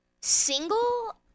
Single